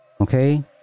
okay